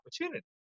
opportunity